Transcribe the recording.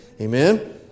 Amen